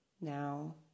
Now